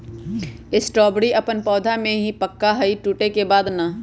strawberry अपन पौधा में ही पका हई टूटे के बाद ना